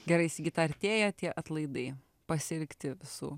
gerai sigita artėja tie atlaidai pasiilgti visų